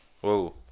Whoa